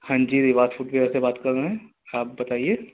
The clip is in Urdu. ہاں جی ریباک فوٹ ویئر سے بات کر رہے ہیں آپ بتائیے